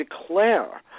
declare